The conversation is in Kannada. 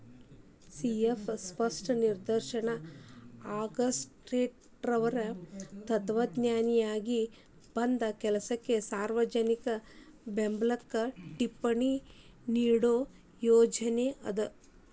ಸಿ.ಎಫ್ ಸ್ಪಷ್ಟ ನಿದರ್ಶನ ಆಗಸ್ಟೆಕಾಮ್ಟೆಅವ್ರ್ ತತ್ವಜ್ಞಾನಿಯಾಗಿ ಮುಂದ ಕೆಲಸಕ್ಕ ಸಾರ್ವಜನಿಕ ಬೆಂಬ್ಲಕ್ಕ ಟಿಪ್ಪಣಿ ನೇಡೋ ಯೋಜನಿ ಅದ